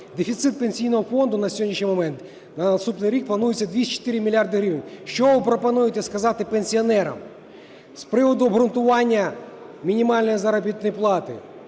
Дефіцит Пенсійного фонду на сьогоднішній момент на наступний рік планується 204 мільярди гривень. Що ви пропонуєте сказати пенсіонерам? З приводу обґрунтування мінімальної заробітної плати.